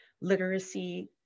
literacy